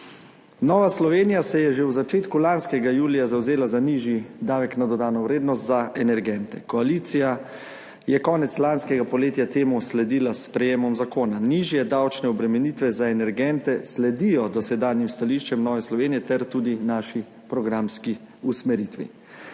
Nova Slovenija se je že v začetku lanskega julija zavzela za nižji davek na dodano vrednost za energente. koalicija je konec lanskega poletja temu sledila s sprejemom zakona nižje davčne obremenitve za energente sledijo dosedanjim stališčem Nove Slovenije ter tudi naši programski usmeritvi.